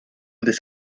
this